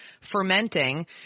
fermenting